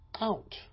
out